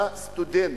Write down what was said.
לסטודנט,